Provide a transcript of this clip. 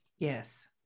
Yes